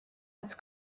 its